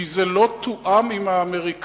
כי זה לא תואם עם האמריקנים.